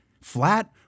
Flat